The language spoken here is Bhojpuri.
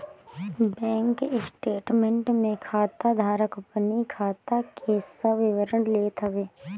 बैंक स्टेटमेंट में खाता धारक अपनी खाता के सब विवरण लेत हवे